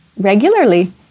regularly